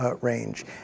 range